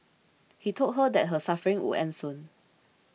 he told her that her suffering would end soon